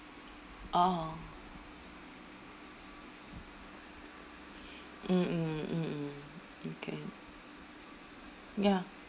orh mm mm mm mm okay ya